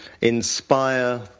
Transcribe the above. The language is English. inspire